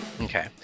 Okay